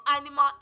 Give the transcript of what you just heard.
animal